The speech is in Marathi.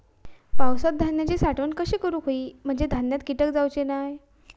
पावसात धान्यांची साठवण कशी करूक होई म्हंजे धान्यात कीटक जाउचे नाय?